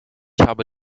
habe